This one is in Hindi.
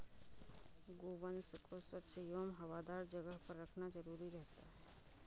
गोवंश को स्वच्छ एवं हवादार जगह पर रखना जरूरी रहता है